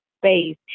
space